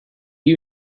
you